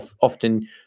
often